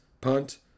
Punt